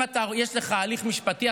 אם יש לך הליך משפטי,